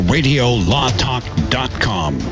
Radiolawtalk.com